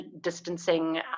distancing